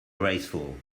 graceful